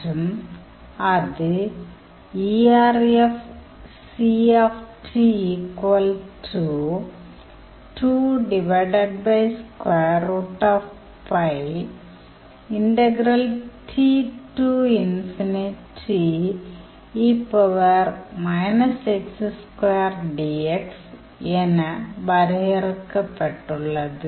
மற்றும் அது என வரையறுக்கப்பட்டுள்ளது